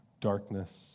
darkness